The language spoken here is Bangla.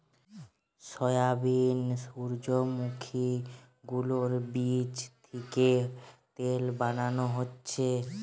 সয়াবিন, সূর্যোমুখী গুলোর বীচ থিকে তেল বানানো হচ্ছে